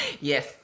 Yes